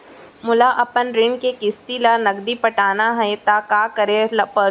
मोला अपन ऋण के किसती ला नगदी पटाना हे ता का करे पड़ही?